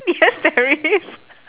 yes there is